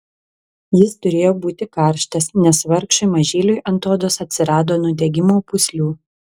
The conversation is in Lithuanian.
jis turėjo būti karštas nes vargšui mažyliui ant odos atsirado nudegimo pūslių